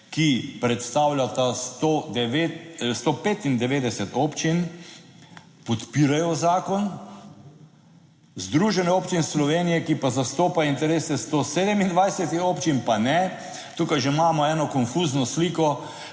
ki predstavljata 195 občin, podpirajo zakon. Združenje občin Slovenije, ki pa zastopa interese 127 občin, pa ne. Tukaj že imamo eno konfuzno sliko,